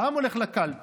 העם הולך לקלפי,